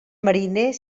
mariner